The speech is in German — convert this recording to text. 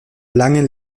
langen